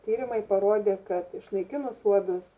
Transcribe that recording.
tyrimai parodė kad išnaikinus uodus